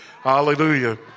Hallelujah